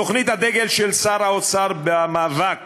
תוכנית הדגל של שר האוצר במאבק